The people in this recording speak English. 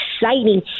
exciting